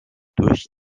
durch